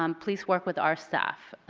um please work with our staff.